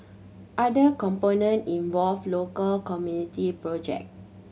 other component involve local community project